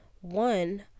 One